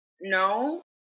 No